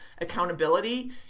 accountability